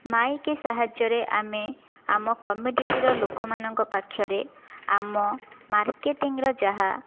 Mike ସାହାଯ୍ୟରେ ଆମେ ଆମ କମ୍ୟୁନିଟିର ଲୋକମାନଙ୍କ ପାଖରେ ଆମ ମାର୍କେଟିଂର ଯାହା